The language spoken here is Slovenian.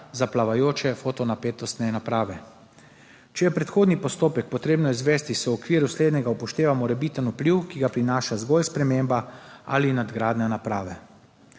za plavajoče fotonapetostne naprave. Če je predhodni postopek potrebno izvesti, se v okviru slednjega upošteva morebiten vpliv, ki ga prinaša zgolj sprememba ali nadgradnja naprave.